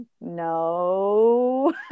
no